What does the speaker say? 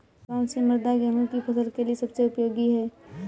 कौन सी मृदा गेहूँ की फसल के लिए सबसे उपयोगी है?